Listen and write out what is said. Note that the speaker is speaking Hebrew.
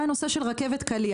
היה הנושא של רכבת קליע